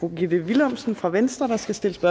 fru Gitte Willumsen fra Venstre, der skal stille spørgsmål